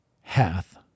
Hath